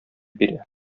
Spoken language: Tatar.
бирә